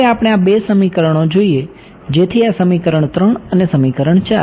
હવે આપણે આ બે સમીકરણો જોઈએ જેથી આ સમીકરણ 3 અને સમીકરણ 4